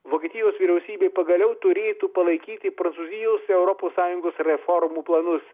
vokietijos vyriausybė pagaliau turėtų palaikyti prancūzijos europos sąjungos reformų planus